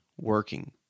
working